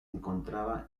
encontraba